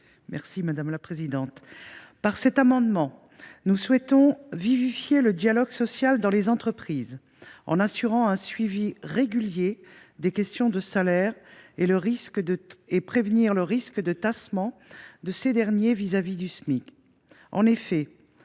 Mme Silvana Silvani. Par cet amendement, nous souhaitons vivifier le dialogue social dans les entreprises en assurant un suivi régulier des questions de salaire et prévenir tout risque de tassement de ces derniers au regard du Smic.